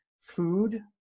food